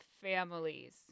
families